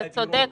אתה צודק,